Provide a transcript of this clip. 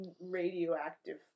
radioactive